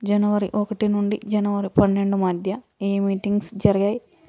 జనవరి ఒకటి నుండి జనవరి పన్నెండు మధ్య ఏ మీటింగ్స్ జరిగాయి